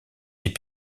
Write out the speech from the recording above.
des